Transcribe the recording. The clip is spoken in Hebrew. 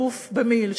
אלוף במיל',